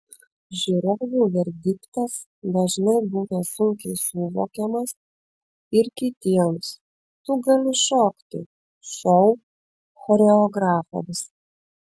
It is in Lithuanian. žiūrovų verdiktas dažnai būna sunkiai suvokiamas ir kitiems tu gali šokti šou choreografams